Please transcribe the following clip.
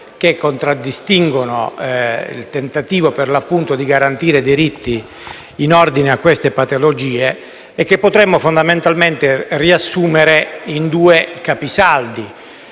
che contraddistinguono il tentativo di garantire diritti in ordine a queste patologie e che potremmo fondamentalmente riassumere in due capisaldi: